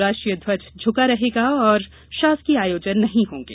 राष्ट्रीय ध्वज झुका रहेगा और इस दौरान शासकीय आयोजन नहीं होंगे